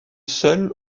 seul